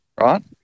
Right